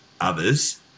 others